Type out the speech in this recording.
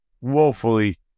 woefully